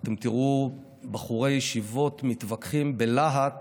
אתם תראו בחורי ישיבות מתווכחים בלהט